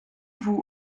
vous